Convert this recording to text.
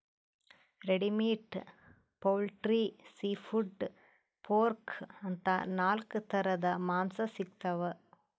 red meat, poultry, seafood, pork ಅಂತಾ ನಾಲ್ಕ್ ಥರದ್ ಮಾಂಸಾ ಸಿಗ್ತವ್